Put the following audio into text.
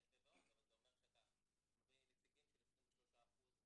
זה אומר שאתה מביא נציגים של 23 אחוזים